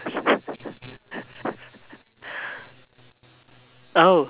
oh